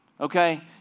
Okay